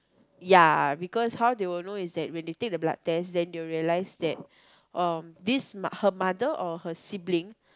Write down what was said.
ya because how they will know is that when they take the blood test then they will realise that um this uh her mother or her sibling